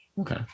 Okay